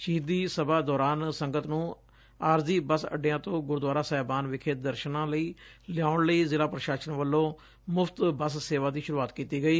ਸ਼ਹੀਦੀ ਸਭਾ ਦੌਰਾਨ ਸੰਗਤ ਨੂੰ ਆਰਜੀ ਬੱਸ ਅੱਡਿਆਂ ਤੋਂ ਗੁਰਦੁਆਰਾ ਸਾਹਿਬਾਨ ਵਿਖੇ ਦਰਸਨਾਂ ਲਈ ਲਿਆਉਣ ਲਈ ਜ਼ਿਲਾ ਪ੍ਰਸ਼ਾਸਨ ਵੱਲੋਂ ਮੁਫ਼ਤ ਬੱਸ ਸੇਵਾ ਦੀ ਸ਼ੁਰੁਆਤ ਕੀਤੀ ਗਈ